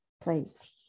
please